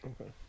okay